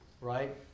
right